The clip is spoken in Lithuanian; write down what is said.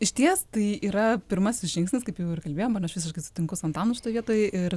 išties tai yra pirmasis žingsnis kaip jau ir kalbėjom ir aš visiškai sutinku su antanu šitoje vietoj ir